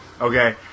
Okay